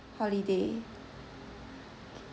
holiday